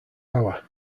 hour